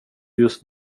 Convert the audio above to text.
just